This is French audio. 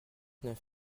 neuf